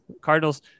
Cardinals